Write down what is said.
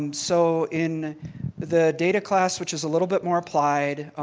um so in the data class, which is a little bit more applied,